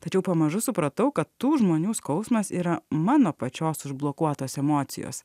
tačiau pamažu supratau kad tų žmonių skausmas yra mano pačios užblokuotos emocijos